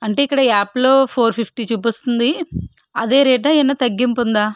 అంటే ఇక్కడ యాప్లో ఫోర్ ఫిఫ్టీ చూపిస్తుంది అదే రేటా ఏమన్నా తగ్గింపుందా